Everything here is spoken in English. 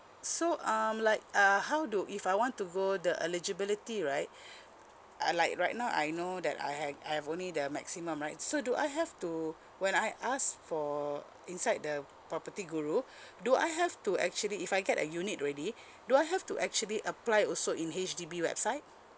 so um like uh how do if I want to go the eligibility right uh like right now I know that I have I have only the maximum right so do I have to when I ask for inside the propertyguru do I have to actually if I get a unit already do I have to actually apply also in H_D_B website